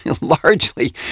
largely